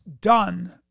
done